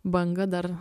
banga dar